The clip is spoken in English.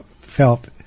felt